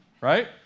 Right